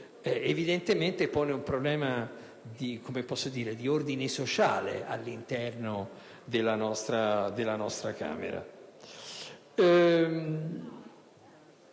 evidentemente pone un problema di ordine sociale all'interno della nostra Camera.